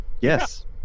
Yes